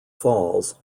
falls